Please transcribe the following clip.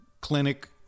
clinic